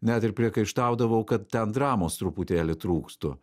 net ir priekaištaudavau kad ten dramos truputėlį trūks tų